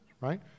right